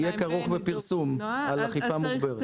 ואין --- של תנועה ---- יהיה כרוך בפרסום על אכיפה מוגברת.